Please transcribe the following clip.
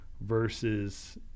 versus